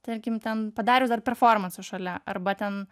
tarkim ten padarius dar performansą šalia arba ten